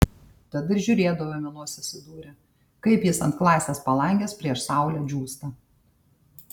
tad ir žiūrėdavome nosis įdūrę kaip jis ant klasės palangės prieš saulę džiūsta